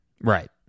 Right